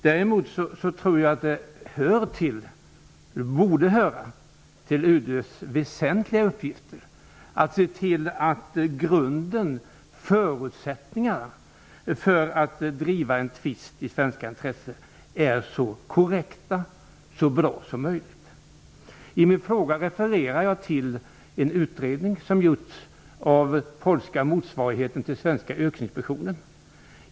Däremot tycker jag att det borde höra till UD:s väsentliga uppgifter att se till att grunden och förutsättningarna för att driva en tvist med svenska intressen är så korrekta och bra som möjligt. I min fråga refererar jag till en utredning som gjorts av den polska motsvarigheten till den svenska Yrkesinspektionen.